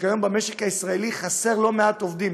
שכיום במשק הישראלי חסרים לא מעט עובדים.